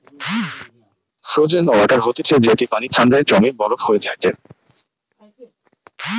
frozen water হতিছে যেটি পানি ঠান্ডায় জমে বরফ হয়ে যায়টে